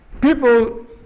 people